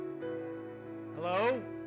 Hello